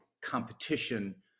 competition